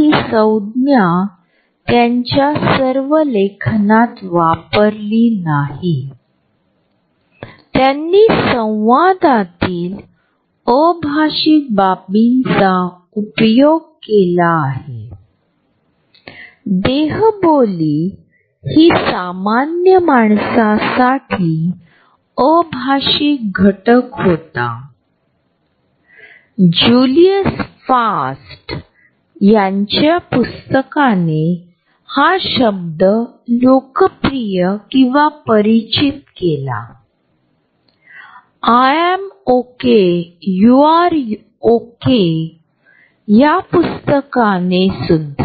घरे बांधणे तसेच घराच्या आतची व्यवस्था अशाच प्रकारे आपण इमारतींच्या बांधकामाच्या सहाय्याने आणि आतील सजावटीच्या सहाय्याने कार्यालयाची जागा